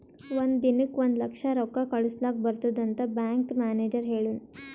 ಒಂದ್ ದಿನಕ್ ಒಂದ್ ಲಕ್ಷ ರೊಕ್ಕಾ ಕಳುಸ್ಲಕ್ ಬರ್ತುದ್ ಅಂತ್ ಬ್ಯಾಂಕ್ ಮ್ಯಾನೇಜರ್ ಹೆಳುನ್